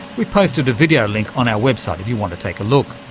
we've posted a video link on our website if you want to take a look.